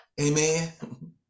Amen